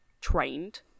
trained